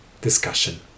Discussion